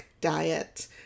diet